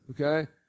okay